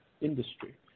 industry